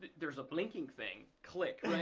there's a blinking thing, click, right?